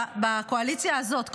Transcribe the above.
בקואליציה הזאת,